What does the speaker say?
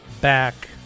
back